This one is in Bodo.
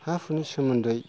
हा हुनि सोमोन्दै